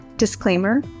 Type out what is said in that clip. Disclaimer